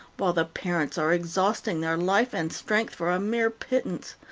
while the parents are exhausting their life and strength for a mere pittance.